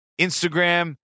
Instagram